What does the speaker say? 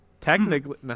technically